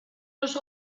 los